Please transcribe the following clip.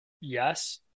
yes